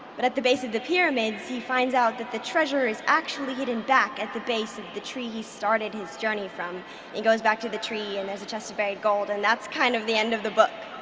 but at the base of the pyramids he finds out that the treasure is actually hidden back at the base of the tree he started his journey from, and he goes back to the tree and there's a chest of burried gold and that's kind of the end of the book.